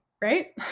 right